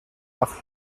nach